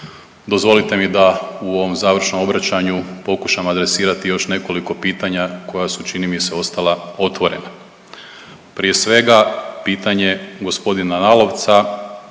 dozvolite mi da u ovom završnom obraćanju pokušam adresirati još nekoliko pitanja koja su čini mi se ostala otvorena. Prije svega pitanje gospodina Lalovca